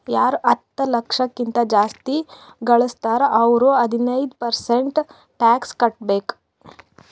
ಯಾರು ಹತ್ತ ಲಕ್ಷ ಕಿಂತಾ ಜಾಸ್ತಿ ಘಳುಸ್ತಾರ್ ಅವ್ರು ಹದಿನೈದ್ ಪರ್ಸೆಂಟ್ ಟ್ಯಾಕ್ಸ್ ಕಟ್ಟಬೇಕ್